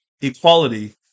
equality